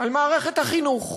על מערכת החינוך.